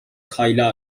کایلا